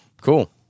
Cool